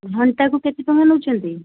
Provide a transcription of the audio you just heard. ଘଣ୍ଟାକୁ କେତେ ଟଙ୍କା ନେଉଛନ୍ତି